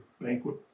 banquet